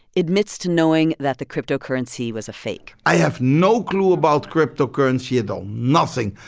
admits to knowing that the cryptocurrency was a fake i have no clue about cryptocurrency at all nothing.